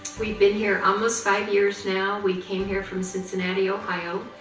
we've been here almost five years now. we came here from cincinnati, ohio.